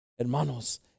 Hermanos